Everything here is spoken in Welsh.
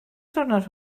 diwrnod